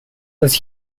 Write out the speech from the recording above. does